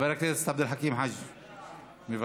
חבר הכנסת עבד אל חכים חאג' מוותר,